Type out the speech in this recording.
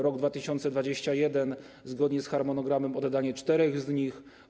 Rok 2021 - zgodnie z harmonogramem oddanie czterech z nich.